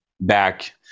back